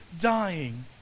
dying